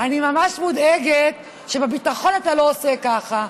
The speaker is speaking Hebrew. אני ממש מודאגת שבביטחון אתה עושה ככה,